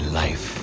life